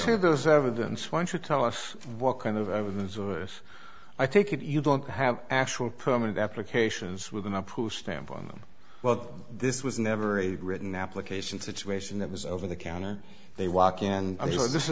sure there's evidence one should tell us what kind of evidence i take it you don't have actual permanent applications with an approved stamp on them but this was never a written application situation that was over the counter they walk in